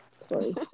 Sorry